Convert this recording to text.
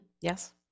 Yes